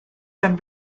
been